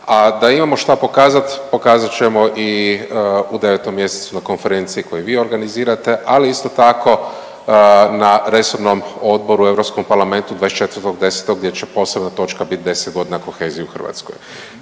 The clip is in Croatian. A da imamo šta pokazati pokazat ćemo i u 9 mjesecu na konferenciji koju vi organizirate, ali isto tako na resornom odboru, Europskom parlamentu 24.10. gdje će posebna točka biti 10 godina kohezije u Hrvatskoj.